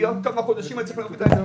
כמה חודשים אני אצטרך לקזז.